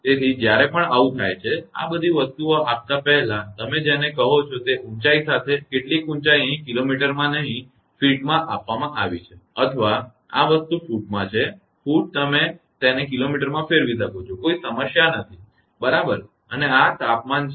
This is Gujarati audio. તેથી જ્યારે પણ એવું થાય છે કે આ બધી વસ્તુઓ આપતા પહેલા તમે જેને કહો છો કે તે ઉંચાઇ સાથે કેટલીક ઊંચાઈ અહીં કિલોમીટરમાં નહીં ફૂટમાં આપવામાં આવેલ છે અથવા આ વસ્તુ આ ફૂટમાં છે ફૂટ તમે તેને કિલોમીટરમાં ફેરવી શકો છો કોઈ સમસ્યા નથી બરાબર અને આ તાપમાન છે